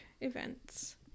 events